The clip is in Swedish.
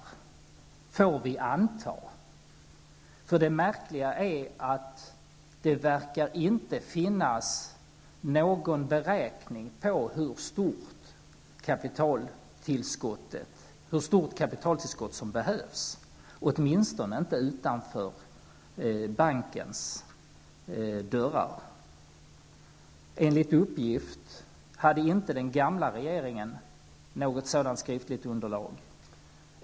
Vi får i alla fall anta att detta är fallet. Det märkliga är nämligen att det inte verkar finnas någon beräkning på hur stort kapitaltillskott som behövs, åtminstone inte utanför bankens dörrar. Enligt uppgift hade inte den gamla regeringen något sådant underlag.